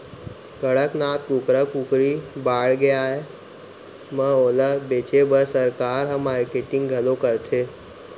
कड़कनाथ कुकरा कुकरी बाड़गे आए म ओला बेचे बर सरकार ह मारकेटिंग घलौ करथे